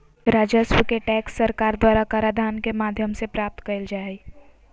राजस्व के टैक्स सरकार द्वारा कराधान के माध्यम से प्राप्त कइल जा हइ